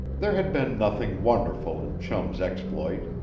there had been nothing wonderful in chum's exploit.